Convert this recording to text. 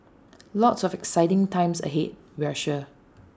lots of exciting times ahead we're sure